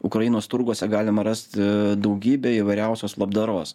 ukrainos turguose galima rasti daugybę įvairiausios labdaros